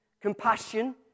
compassion